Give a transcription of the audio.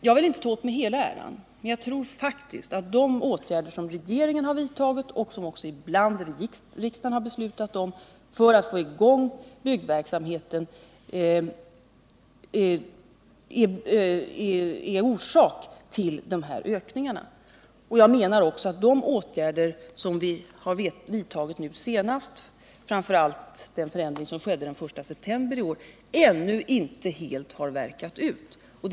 Jag vill inte ta åt mig hela äran, men jag tror faktiskt att de åtgärder som regeringen har vidtagit och som ibland också riksdagen har beslutat om för att få i gång byggverksamheten är en bidragande orsak till dessa ökningar. Jag menar också att de åtgärder som vi har vidtagit nu senast, framför allt den förändring som skedde den 1 september i år, ännu inte har verkat fullt ut.